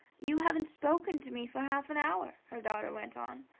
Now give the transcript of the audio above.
you haven't spoken to me for half an hour, her daughter went on.